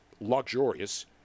luxurious